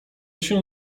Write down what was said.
się